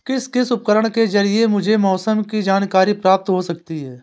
किस किस उपकरण के ज़रिए मुझे मौसम की जानकारी प्राप्त हो सकती है?